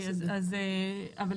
בסדר גמור.